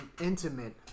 intimate